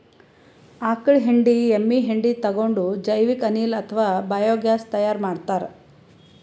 ಆಕಳ್ ಹೆಂಡಿ ಎಮ್ಮಿ ಹೆಂಡಿ ತಗೊಂಡ್ ಜೈವಿಕ್ ಅನಿಲ್ ಅಥವಾ ಬಯೋಗ್ಯಾಸ್ ತೈಯಾರ್ ಮಾಡ್ತಾರ್